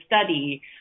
study